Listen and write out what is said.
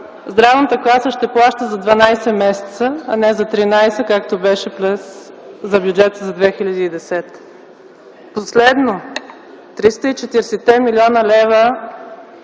Здравната каса ще плаща за 12 месеца, а не – за 13, както беше за бюджета за 2010 г. Последно – 340-те милиона лева